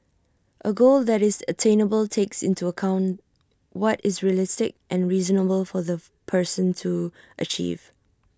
A goal that is attainable takes into account what is realistic and reasonable for the person to achieve